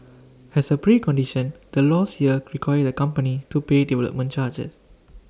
as A precondition the laws here require the company to pay development charges